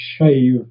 shave